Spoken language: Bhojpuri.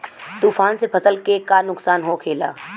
तूफान से फसल के का नुकसान हो खेला?